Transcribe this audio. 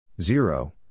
zero